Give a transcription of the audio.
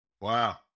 Wow